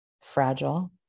fragile